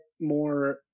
more